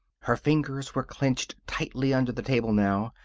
her fingers were clenched tightly under the table, now.